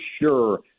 sure